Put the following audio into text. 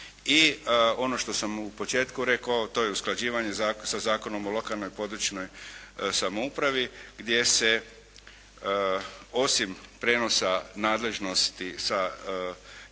I ono što sam u početku rekao, to je usklađivanje sa Zakonom o lokalnoj područnoj samoupravi gdje se osim prenosa nadležnosti na jedinice